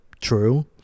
True